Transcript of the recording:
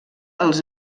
els